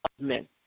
men